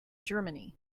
germany